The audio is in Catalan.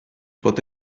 pot